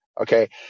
Okay